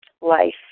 life